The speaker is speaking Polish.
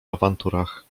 awanturach